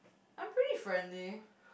I'm pretty friendly